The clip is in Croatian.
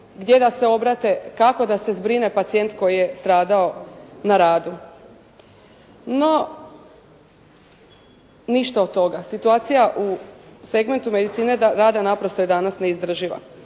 gdje da se obrate, kako da se zbrine pacijent koji je stradao na radu. No, ništa od toga. Situacija u segmentu medicine rada naprosto je danas neizdrživa.